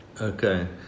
Okay